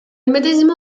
medesimo